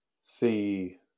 see